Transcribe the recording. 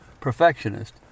perfectionist